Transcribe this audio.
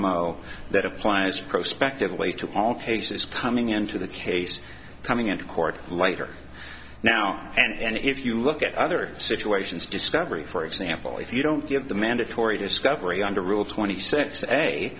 model that applies pro speculate to all cases coming into the case coming into court later now and if you look at other situations discovery for example if you don't give the mandatory discovery under rule twenty six